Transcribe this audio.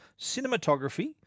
cinematography